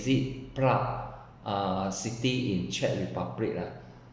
visit prague uh city in czech republic ah